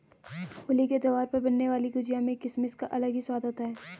होली के त्यौहार पर बनने वाली गुजिया में किसमिस का अलग ही स्वाद होता है